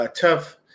tough